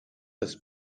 das